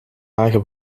lage